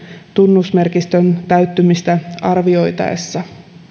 tunnusmerkistön täyttymistä arvioitaessa